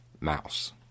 mouse